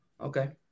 okay